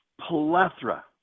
plethora